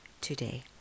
today